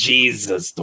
Jesus